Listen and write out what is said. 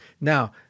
Now